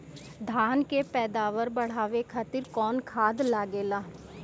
धान के पैदावार बढ़ावे खातिर कौन खाद लागेला?